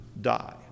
die